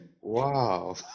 wow